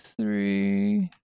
three